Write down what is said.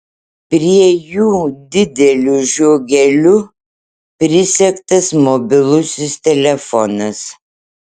prie jų dideliu žiogeliu prisegtas mobilusis telefonas